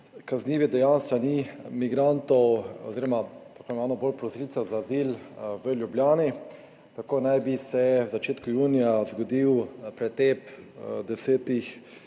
kaznivih dejanj s strani migrantov oziroma tako imenovanih prosilcev za azil v Ljubljani. Tako naj bi se v začetku junija zgodil pretep desetih